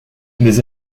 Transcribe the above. les